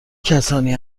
کسانی